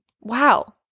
Wow